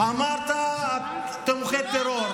אמרת "תומכי טרור",